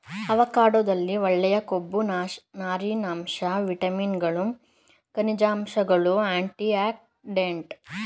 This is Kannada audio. ಅವಕಾಡೊದಲ್ಲಿ ಒಳ್ಳೆಯ ಕೊಬ್ಬು ನಾರಿನಾಂಶ ವಿಟಮಿನ್ಗಳು ಖನಿಜಾಂಶಗಳು ಆಂಟಿಆಕ್ಸಿಡೆಂಟ್ ಮತ್ತು ಫೈಟೊಸ್ಟೆರಾಲ್ಗಳಿವೆ